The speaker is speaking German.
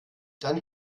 dann